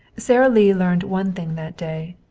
sara lee learned one thing that day,